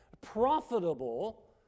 profitable